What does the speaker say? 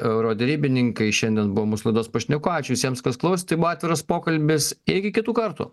euroderybininkai šiandien buvo mūsų laidos pašnekovai ačiū visiems kas klausė tai buvo atviras pokalbis iki kitų kartų